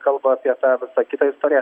kalba apie tą visą kitą istoriją